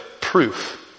proof